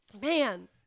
man